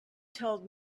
told